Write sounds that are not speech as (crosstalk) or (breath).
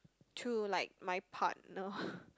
to like my partner (breath)